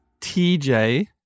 TJ